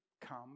come